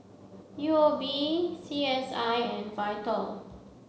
U O B C S I and VITAL